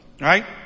Right